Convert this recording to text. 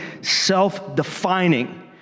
self-defining